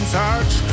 touch